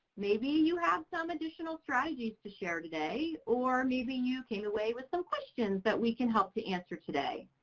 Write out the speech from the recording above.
maybe you have some additional strategies to share today, or maybe you came away with some questions that we can help to answer today.